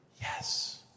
Yes